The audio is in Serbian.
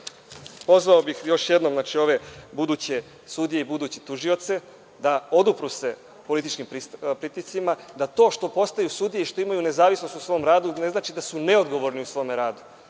prilikom bih pozvao buduće sudije i buduće tužioce da se odupru političkim pritiscima, da to što postaju sudije imaju nezavisnost u svom radu ne znači da su neodgovorni u svom radu.